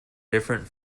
different